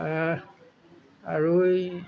আৰু এই